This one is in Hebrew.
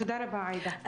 תודה רבה, עאידה.